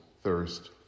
thirst